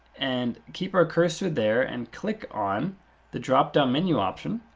and keep our cursor there, and click on the dropdown menu option.